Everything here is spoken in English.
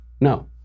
No